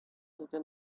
little